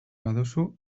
baduzu